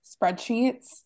spreadsheets